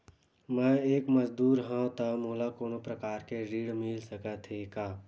मैं एक मजदूर हंव त मोला कोनो प्रकार के ऋण मिल सकत हे का?